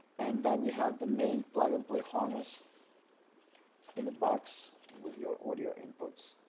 and then you have the main plug-and-play harness in the box with your audio inputs